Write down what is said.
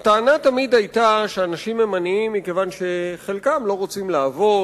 הטענה תמיד היתה שאנשים הם עניים מכיוון שחלקם לא רוצים לעבוד,